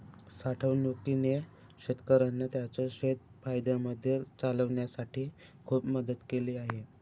साठवणूकीने शेतकऱ्यांना त्यांचं शेत फायद्यामध्ये चालवण्यासाठी खूप मदत केली आहे